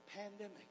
pandemic